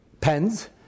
pens